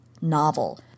novel